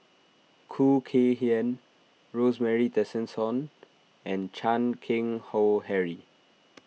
Khoo Kay Hian Rosemary Tessensohn and Chan Keng Howe Harry